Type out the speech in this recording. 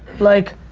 like.